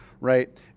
right